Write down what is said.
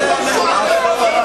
חבר הכנסת טלב אלסאנע,